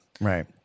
Right